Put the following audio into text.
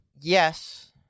Yes